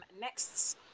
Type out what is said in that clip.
next